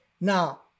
Now